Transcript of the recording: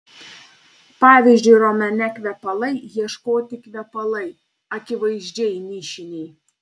pavyzdžiui romane kvepalai ieškoti kvepalai akivaizdžiai nišiniai